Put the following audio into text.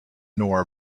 nor